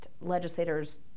legislators